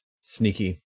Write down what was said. sneaky